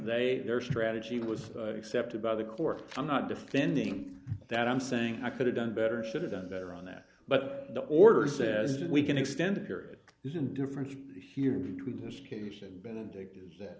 they their strategy was accepted by the court i'm not defending that i'm saying i could have done better and should have done better on that but the orders as we can extend the period is in difference here between this case and benedict is that